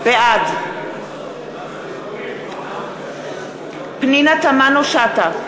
בעד פנינה תמנו-שטה,